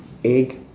egg